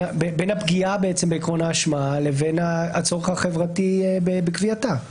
הפגיעה בעיקרון האשמה לבין הצורך החברתי בקביעתה.